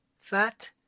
fat